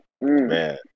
Man